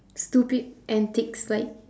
stupid antics like